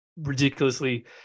ridiculously